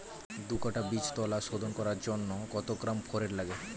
দু কাটা বীজতলা শোধন করার জন্য কত গ্রাম ফোরেট লাগে?